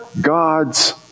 gods